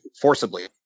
forcibly